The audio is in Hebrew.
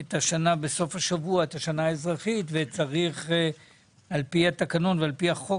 את השנה האזרחית בסוף השבוע ועל פי התקנון ועל פי החוק,